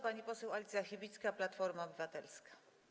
Pani poseł Alicja Chybicka, Platforma Obywatelska.